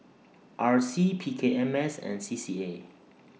R C P K M S and C C A